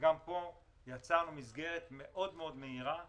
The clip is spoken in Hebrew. גם פה יצרנו מסגרת מהירה מאוד,